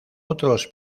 otros